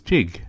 Jig